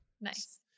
Nice